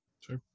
Sure